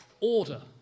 order